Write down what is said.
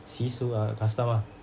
习俗 ah custom ah